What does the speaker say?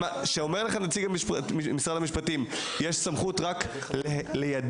שאומר לכם נציג משרד המשפטים שיש סמכות רק ליידע,